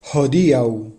hodiaŭ